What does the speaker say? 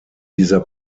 dieser